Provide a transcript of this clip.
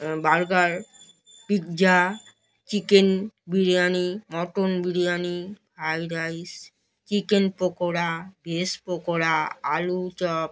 burger pizza chicken biryani mutton biryani fried rice chicken pakora veg pakora আলু chop